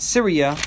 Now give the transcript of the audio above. Syria